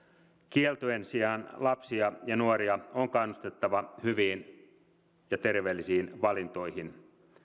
kieltojen sijaan lapsia ja nuoria on kannustettava hyviin ja terveellisiin valintoihin